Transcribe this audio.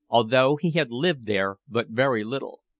although he had lived there but very little.